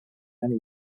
many